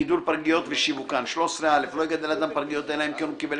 גידול פרגיות ושיווקן (א)לא יגדל אדם פרגיות אלא אם כן הוא קיבל